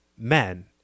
Men